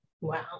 Wow